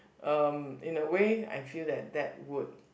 um in a way I feel that that would